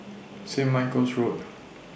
Saint Michael's Road